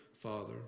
Father